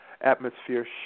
atmosphere